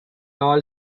all